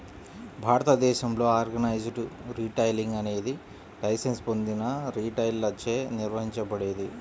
భారతదేశంలో organised retailing అనేది licence పొందిన రిటైలర్లచే నిర్వహించబడేది